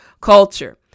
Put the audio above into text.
culture